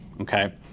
Okay